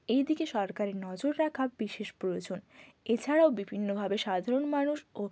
এই দিকে সরকারের নজর রাখা বিশেষ প্রয়োজন এছাড়াও বিভিন্নভাবে সাধারণ মানুষ ও